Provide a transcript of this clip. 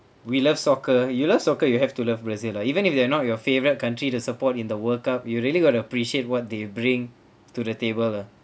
we love soccer you love soccer you have to love brazil lah even if they are not your favourite country the support in the world cup you really got to appreciate what they bring to the table lah